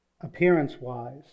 appearance-wise